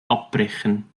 abbrechen